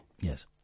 Yes